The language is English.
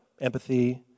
empathy